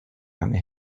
lange